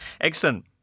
Excellent